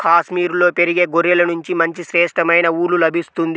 కాశ్మీరులో పెరిగే గొర్రెల నుంచి మంచి శ్రేష్టమైన ఊలు లభిస్తుంది